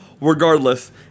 regardless